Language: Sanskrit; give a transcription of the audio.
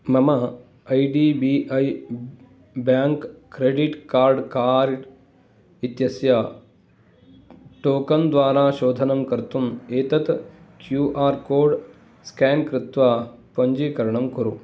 मम I D B I bank credit card cart इत्यस्य टोकन् द्वारा शोधनं कर्तुम् एतत् क्यू आर् कोड् स्कान् कृत्वा पञ्जीकरणं कुरु